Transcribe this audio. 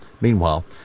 Meanwhile